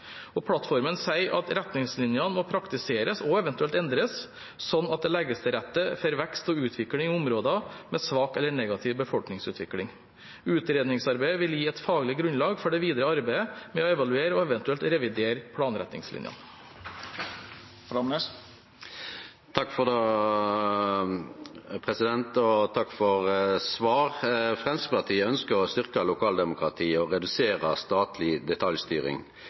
Plattformen sier at retningslinjene må praktiseres – og eventuelt endres – slik at det legges til rette for vekst og utvikling i områder med svak eller negativ befolkningsutvikling. Utredningsarbeidet vil gi et faglig grunnlag for det videre arbeidet med å evaluere og eventuelt revidere planretningslinjene. Takk for svaret. Framstegspartiet ønskjer å styrke lokaldemokratiet og redusere den statlege detaljstyringa. Me har tillit til at kommunane varetek heilskapen og